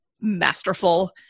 masterful